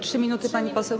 3 minuty, pani poseł?